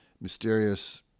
mysterious